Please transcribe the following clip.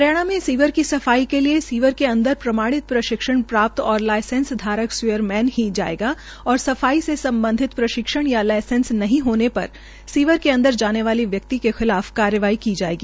हरियाणा में सीवर की सफाई के लिये सीवर के अंदर प्रमाणित प्रशिक्षण प्राप्त और लाइसेंस धारक सीवरमैन ही जायेगा और सफाई से सम्बधित प्रशिक्षण या लाइसेंस नहीं हाजे पर सीबी के जाने वाले व्यक्ति के खिलाफ कार्यवाही की जायेगी